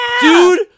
Dude